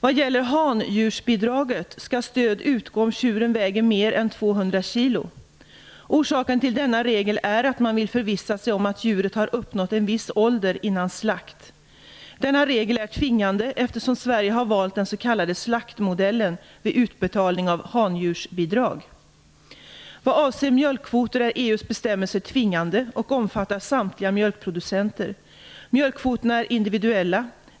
Vad gäller handjursbidraget skall stöd utgå om tjuren väger mer än 200 kg. Orsaken till denna regel är att man vill förvissa sig om att djuret har uppnått en viss ålder innan slakt. Denna regel är tvingande, eftersom Sverige har valt den s.k. slaktmodellen vid utbetalning av handjursbidraget. Vad avser mjölkkvoter är EU:s bestämmelser tvingande och omfattar samtliga mjölkproducenter. Mjölkkvoterna är individuella.